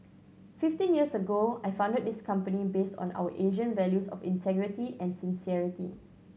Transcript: fifteen years ago I founded this company based on our Asian values of integrity and sincerity